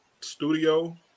studio